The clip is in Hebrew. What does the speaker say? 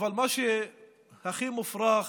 אבל מה שהכי מופרך